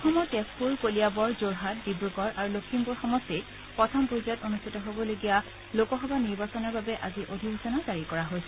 অসমৰ তেজপুৰ কলিয়াবৰ যোৰহাট ডিব্ৰুগড় আৰু লখিমপুৰ সমষ্টিত প্ৰথম পৰ্যায়ত অনুষ্ঠিত হ'বলগীয়া লোকসভা নিৰ্বাচনৰ বাবে আজি অধিসূচনা জাৰি কৰা হৈছে